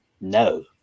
no